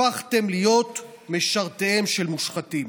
הפכתם להיות משרתיהם של מושחתים.